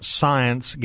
science